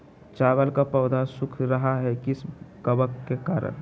चावल का पौधा सुख रहा है किस कबक के करण?